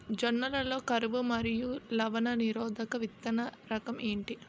జొన్న లలో కరువు మరియు లవణ నిరోధక విత్తన రకం ఏంటి?